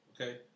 okay